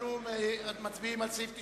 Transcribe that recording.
אנחנו מצביעים על סעיף 99,